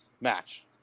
match